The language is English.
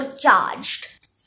charged